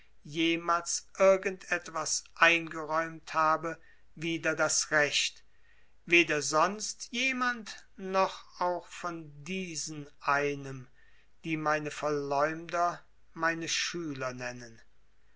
jemals irgend etwas eingeräumt habe wider das recht weder sonst jemand noch auch von diesen einem die meine verleumder meine schüler nennen